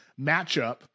matchup